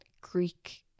Greek